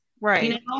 right